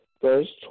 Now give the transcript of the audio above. verse